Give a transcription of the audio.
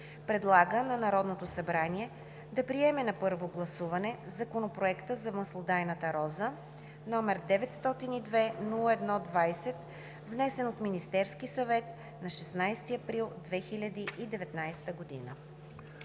Предлага на Народното събрание да приеме на първо гласуване Законопроект за маслодайната роза, № 902-01-20, внесен от Министерския съвет на 16 април 2019 г.“